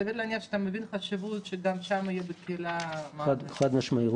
סביר להניח שאתה מבין את החשיבות שגם שם יהיה בקהילה --- חד משמעי.